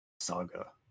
saga